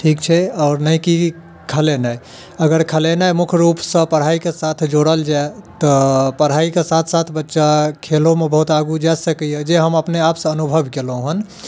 ठीक छै आओर नहि की खेलेनाइ अगर खेलेनाइ मुख्य रूप सँ पढ़ाइके साथ जोड़ल जाय तऽ पढ़ाइ के साथ साथ बच्चा खेलो मे बहुत आगू जा सकैया जे हम अपने आप सऽ अनुभव केलहुॅं हन